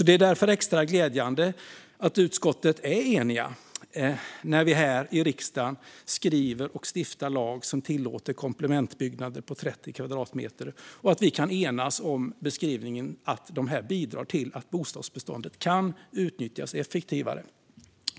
Det är därför extra glädjande att utskottet är enigt när det gäller att vi här i riksdagen ska stifta en lag som tillåter komplementbyggnader på 30 kvadratmeter och att vi kan enas om beskrivningen: att de bidrar till att bostadsbeståndet kan utnyttjas effektivare.